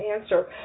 answer